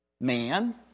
Man